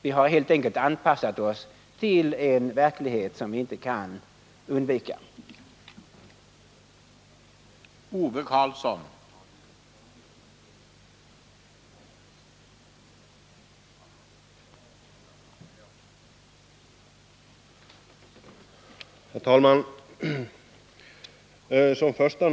Vi har helt enkelt anpassat oss till en verklighet som vi inte kan undvika.